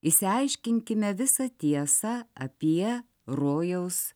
išsiaiškinkime visą tiesą apie rojaus